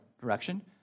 direction